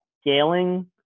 scaling